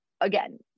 again